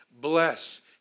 Bless